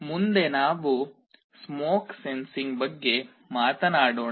ಮುಂದೆ ನಾವು smoke sensing ಬಗ್ಗೆ ಮಾತನಾಡೋಣ